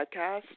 podcast